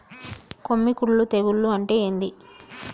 కొమ్మి కుల్లు తెగులు అంటే ఏంది?